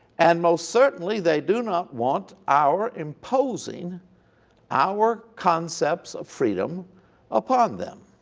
and most certainly they do not want our imposing our concepts of freedom upon them.